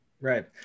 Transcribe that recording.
Right